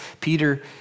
Peter